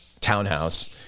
townhouse